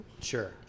Sure